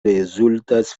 rezultas